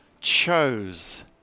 chose